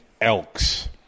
Elks